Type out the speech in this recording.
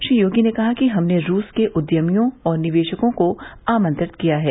श्री योगी ने कहा कि हमने रूस के उद्यमियों और निवेशकों को आमंत्रित किया है